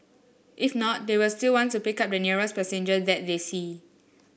if not they will still want to pick up the nearest passenger that they see